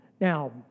Now